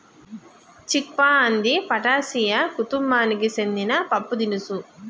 చిక్ పా అంది ఫాటాసియా కుతుంబానికి సెందిన పప్పుదినుసు